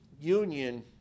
union